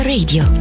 Radio